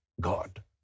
God